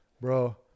Bro